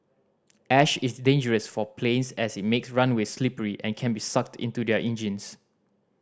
ash is dangerous for planes as it makes runways slippery and can be sucked into their engines